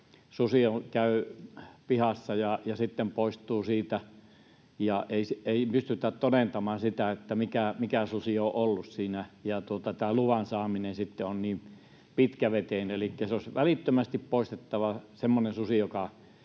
susi käy pihassa ja sitten poistuu siitä ja ei pystytä todentamaan sitä, mikä susi siinä on ollut. Tämä luvan saaminen sitten on niin pitkäveteinen... Elikkä olisi välittömästi poistettava semmoinen susi,